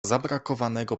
zabrakowanego